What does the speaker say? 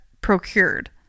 procured